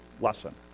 lesson